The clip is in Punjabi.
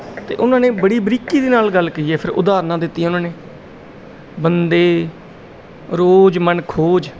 ਅਤੇ ਉਹਨਾਂ ਨੇ ਬੜੀ ਬਰੀਕੀ ਦੇ ਨਾਲ ਗੱਲ ਕਹੀ ਹੈ ਫਿਰ ਉਦਾਹਰਨਾਂ ਦਿੱਤੀਆਂ ਉਹਨਾਂ ਨੇ ਬੰਦੇ ਰੋਜ਼ ਮਨ ਖੋਜ